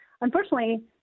Unfortunately